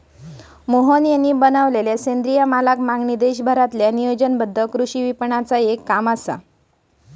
मोहन यांनी बनवलेलला सेंद्रिय मालाक मागणी देशभरातील्या नियोजनबद्ध कृषी विपणनाचे एक काम असा